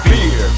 Fear